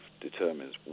determines